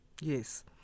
Yes